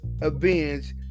avenged